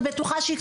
אני בטוחה,